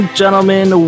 gentlemen